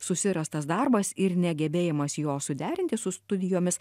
susirastas darbas ir negebėjimas jo suderinti su studijomis